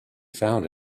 found